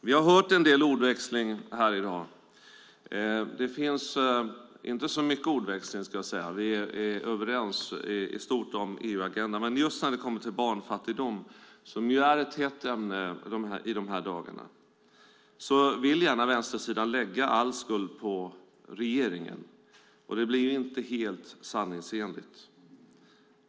Vi är i stort överens om EU-agendan. Men när det gäller barnfattigdom, som är ett hett ämne i dessa dagar, vill vänstersidan gärna lägga all skuld på regeringen, och det blir inte helt sanningsenligt.